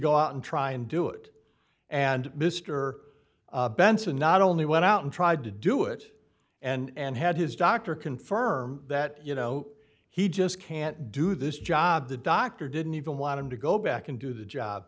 go out and try and do it and mr benson not only went out and tried to do it and had his doctor confirm that you know he just can't do this job the doctor didn't even want him to go back and do the job